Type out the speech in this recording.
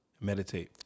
meditate